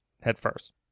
headfirst